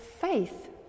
faith